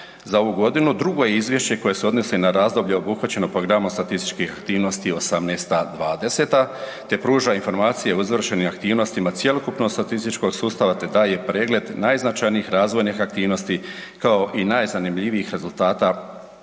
za ovu godinu drugo je izvješće koje se odnosi na razdoblje obuhvaćeno programom statističkih aktivnosti '18.-'20. te pruža informacije o izvršenim aktivnostima cjelokupnog statističkog sustava te daje pregled najznačajnijih razvojnih aktivnosti kao i najzanimljivijih rezultata